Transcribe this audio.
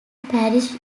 parish